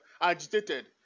agitated